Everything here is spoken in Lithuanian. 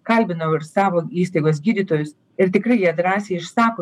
kalbinau ir savo įstaigos gydytojus ir tikrai jie drąsiai išsako